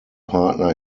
partner